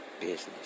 business